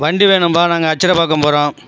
வண்டி வேணும்பா நாங்கள் அச்சிதம்பாக்கம் போகிறோம்